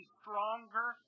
stronger